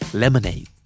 lemonade